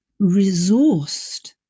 resourced